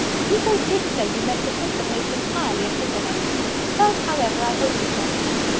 people did say you meant to quit the place entirely at michaelmas but, however, i hope it is not true.